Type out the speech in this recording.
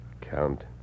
Count